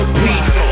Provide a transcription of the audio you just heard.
peace